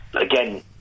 again